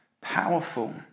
powerful